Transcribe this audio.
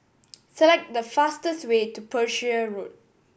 select the fastest way to Pereira Road